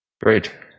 Great